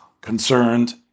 concerned